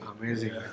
Amazing